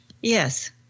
Yes